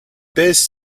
bears